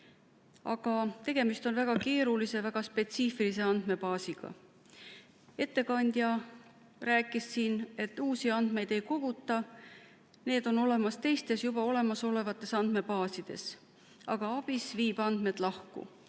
Aga tegemist on väga keerulise, väga spetsiifilise andmebaasiga. Ettekandja rääkis siin, et uusi andmeid ei koguta, need on olemas teistes, juba olemasolevates andmebaasides, aga ABIS viib andmed lahku.